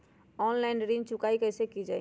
Online ऋण चुकाई कईसे की ञाई?